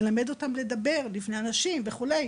ללמד אותם לדבר בפני אנשים וכו',